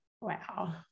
wow